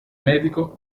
medico